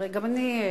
הרי גם אני,